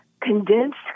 condensed